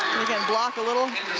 again, block a little